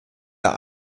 der